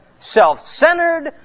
Self-centered